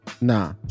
nah